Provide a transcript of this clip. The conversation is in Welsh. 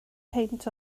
peint